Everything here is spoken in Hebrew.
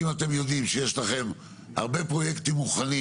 אם אתם יודעים שיש לכם הרבה פרויקטים מוכנים